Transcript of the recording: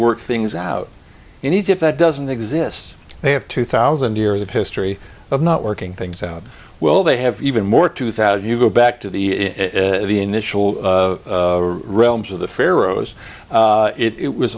work things out in egypt that doesn't exist they have two thousand years of history of not working things out well they have even more two thousand you go back to the initial realms of the pharaohs i